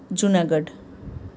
Junagadh